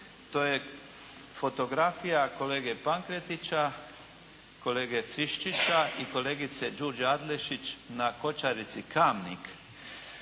to je fotografija kolege Pankretića, kolege Friščića i kolegice Đurđe Adlešić na kočarici Kamnik.